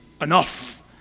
enough